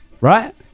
Right